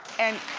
and